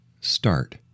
start